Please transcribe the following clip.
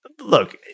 Look